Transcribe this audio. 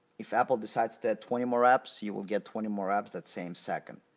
if apple decides to add twenty more apps, you will get twenty more apps that same second.